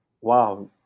Wow